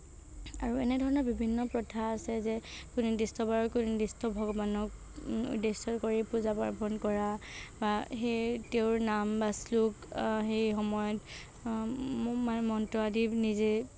আৰু এনেধৰণৰ বিভিন্ন প্ৰথা আছে যে কোনো নিৰ্দিষ্ট বাৰত কোনো নিৰ্দিষ্ট ভগৱানক উদেশ্য কৰি পূজা পাৰ্বণ কৰা বা সেই তেওঁৰ নাম বা শ্লোক সেই সময়ত মানে মন্ত্ৰ আদি নিজেই